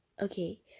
Okay